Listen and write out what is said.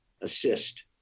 assist